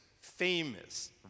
famous